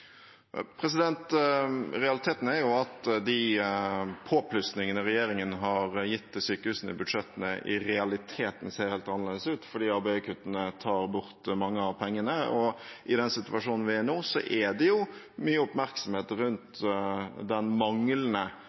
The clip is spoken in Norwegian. de påplussingene regjeringen har gitt sykehusene i budsjettene, i realiteten ser helt annerledes ut fordi ABE-kuttene tar bort mange av pengene. I den situasjonen vi er i nå, er det mye oppmerksomhet rundt den